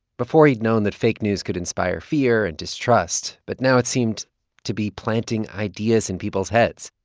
before, he'd known that fake news could inspire fear and distrust. but now it seemed to be planting ideas in people's heads.